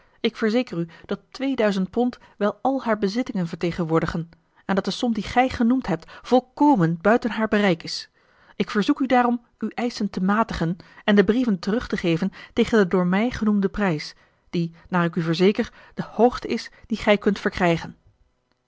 ik verzeker u dat twee duizend pond wel al haar bezittingen vertegenwoordigen en dat de som die gij genoemd hebt volkomen buiten haar bereik is ik verzoek u daarom uw eischen te matigen en de brieven terug te geven tegen den door mij genoemden prijs die naar ik u verzeker de hoogste is dien gij kunt verkrijgen